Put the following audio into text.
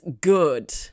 good